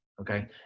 okay